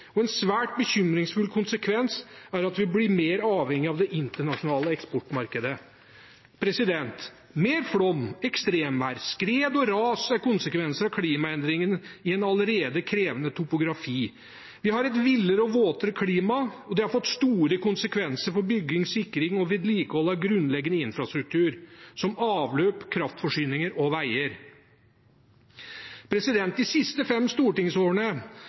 og en svært bekymringsfull konsekvens av det er at vi blir mer avhengig av det internasjonale eksportmarkedet. Mer flom, ekstremvær, skred og ras er konsekvenser av klimaendringene i en allerede krevende topografi. Vi har et villere og våtere klima, og det har fått store konsekvenser for bygging, sikring og vedlikehold av grunnleggende infrastruktur som avløp, kraftforsyninger og veier. De siste fem stortingsårene